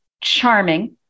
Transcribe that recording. charming